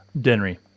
Denry